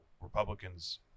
Republicans